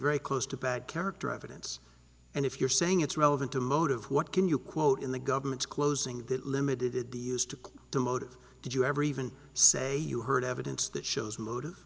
very close to bad character evidence and if you're saying it's relevant to motive what can you quote in the government's closing that limited the use to the motive did you ever even say you heard evidence that shows motive